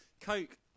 coke